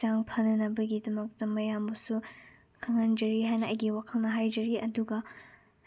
ꯍꯛꯆꯥꯡ ꯐꯅꯅꯕꯒꯃꯛꯇ ꯃꯌꯥꯝꯕꯨꯁꯨ ꯈꯪꯍꯟꯖꯔꯤ ꯍꯥꯏꯅ ꯑꯩꯒꯤ ꯋꯥꯈꯜꯅ ꯍꯥꯏꯖꯔꯤ ꯑꯗꯨꯒ